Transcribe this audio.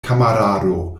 kamarado